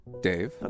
Dave